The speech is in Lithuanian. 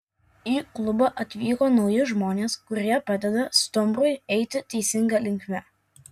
į klubą atvyko nauji žmonės kurie padeda stumbrui eiti teisinga linkme